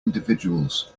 individuals